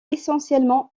essentiellement